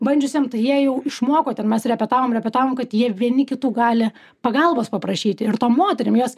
bandžiusiem tai jie jau išmoko ten mes repetavom repetavom kad jie vieni kitų gali pagalbos paprašyti ir tom moterim jos